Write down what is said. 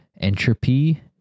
Entropy